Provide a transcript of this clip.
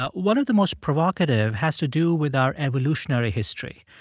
ah one of the most provocative has to do with our evolutionary history.